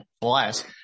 Bless